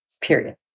Period